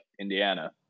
Indiana